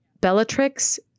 Bellatrix